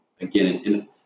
Again